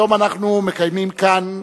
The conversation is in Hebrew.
היום אנחנו מקיימים כאן,